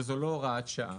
וזאת לא הוראת שעה.